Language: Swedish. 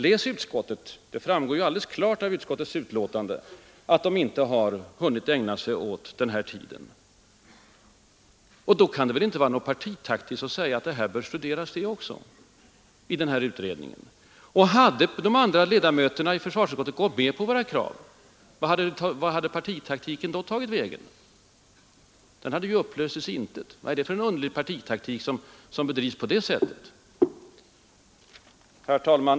Läs utskottsbetänkandet! Därav framgår alldeles klart att utskottet inte har hunnit ägna tillräcklig tid åt den perioden. Då kan det väl inte vara ”partitaktik” att begära att den perioden också bör omfattas av utredningen. Och hade de andra ledamöterna i försvarsutskottet gått med på våra krav, vart hade den påstådda partitaktiken då tagit vägen? Den hade ju upplösts i intet. Det måste ju vara en underlig partitaktik som bedrivs på det sättet. Herr talman!